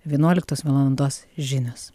vienuoliktos valandos žinios